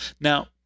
Now